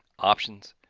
options